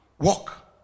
walk